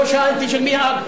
הוא לא שאל של מי הילד.